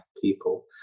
people